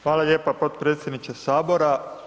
Hvala lijepo potpredsjedniče Sabora.